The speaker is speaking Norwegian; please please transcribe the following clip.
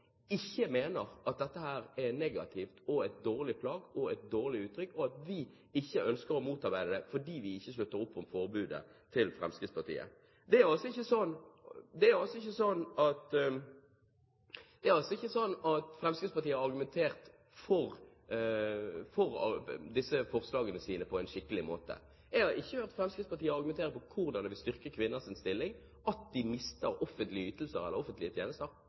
ikke mener at dette er negativt og et dårlig plagg og et dårlig uttrykk, og at vi ikke ønsker å motarbeide det fordi vi ikke slutter opp om forbudet til Fremskrittspartiet. Fremskrittspartiet har ikke argumentert for disse forslagene sine på en skikkelig måte. Jeg har ikke hørt Fremskrittspartiet argumentere for hvordan det vil styrke kvinners stilling at de mister offentlige ytelser eller offentlige tjenester.